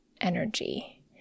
energy